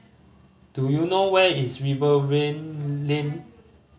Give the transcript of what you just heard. do you know where is Rivervale Lane